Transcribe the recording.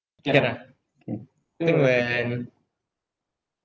can ah I think when